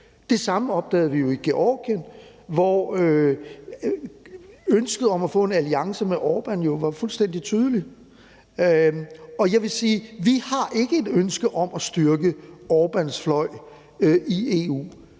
Det samme opdagede vi jo i Georgien, hvor ønsket om at få en alliance med Órban var fuldstændig tydeligt. Og jeg vil sige, at vi ikke har et ønske om at styrke Órbans fløj i EU,